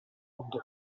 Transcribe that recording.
булды